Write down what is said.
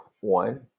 one